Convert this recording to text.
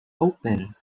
open